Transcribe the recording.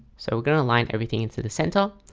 so we're going to align everything into the center.